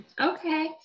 Okay